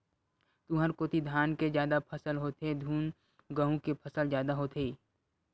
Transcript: तुँहर कोती धान के जादा फसल होथे धुन गहूँ के फसल जादा होथे?